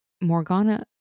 Morgana